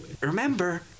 remember